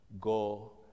Go